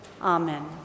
Amen